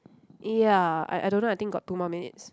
ya I I don't know I think got two more minutes